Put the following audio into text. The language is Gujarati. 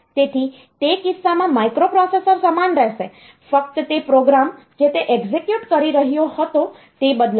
તેથી તે કિસ્સામાં માઇક્રોપ્રોસેસર સમાન રહેશે ફક્ત તે પ્રોગ્રામ જે તે એક્ઝેક્યુટ કરી રહ્યો હતો તે બદલાશે